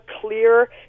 clear